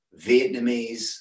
Vietnamese